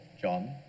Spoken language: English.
John